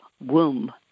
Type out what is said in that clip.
womb